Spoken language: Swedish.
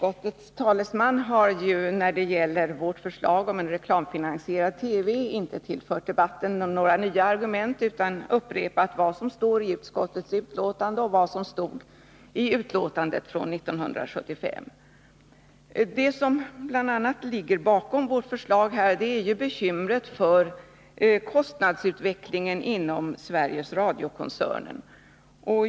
Herr talman! När det gäller vårt förslag om en reklamfinansierad TV har ju utskottets talesman inte tillfört debatten några nya argument utan upprepar vad som står i utskottsbetänkandet i år och utskottsbetänkandet 1975. Vad som bl.a. ligger bakom vårt förslag är ju bekymret över kostnadsutvecklingen inom Sveriges Radio-koncernen.